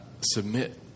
submit